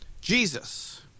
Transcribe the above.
Jesus